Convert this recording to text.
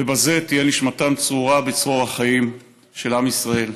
ובזה תהיה נשמתם צרורה בצרור החיים של עם ישראל.